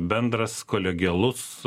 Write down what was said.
bendras kolegialus